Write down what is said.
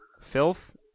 Filth